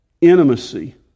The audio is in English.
intimacy